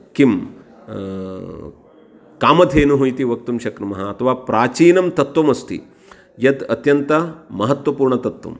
किम् कामधेनुः इति वक्तुं शक्नुमः अथवा प्राचीनं तत्त्वमस्ति यत् अत्यन्तमहत्त्वपूर्णतत्त्वम्